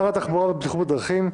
שר התחבורה והבטיחות בדרכים,